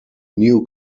new